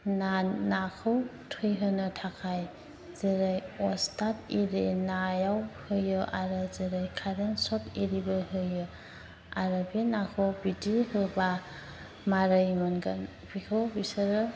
नाखौ थैहोनो थाखाय जेरै अस्टाड आरि नायाव होयो आरो जेरै कारेन्ट सक आरिबो होयो आरो बे नाखौ बिदि होब्ला मारै मोनगोन बेखौ बिसोरो